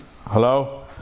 hello